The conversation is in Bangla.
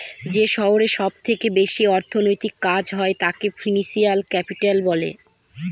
যে শহরে সব থেকে বেশি অর্থনৈতিক কাজ হয় তাকে ফিনান্সিয়াল ক্যাপিটাল বলে